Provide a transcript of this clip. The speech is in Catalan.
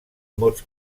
mots